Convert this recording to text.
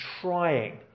trying